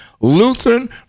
Lutheran